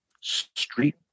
street